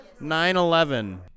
9-11